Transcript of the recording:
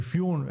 באפיון,